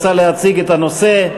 רוצה להציג את הנושא,